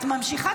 את ממשיכה.